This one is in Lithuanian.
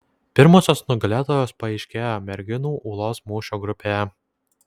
pirmosios nugalėtojos paaiškėjo merginų ūlos mūšio grupėje